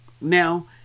Now